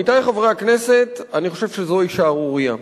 עמיתי חברי הכנסת, אני חושב שזוהי שערורייה,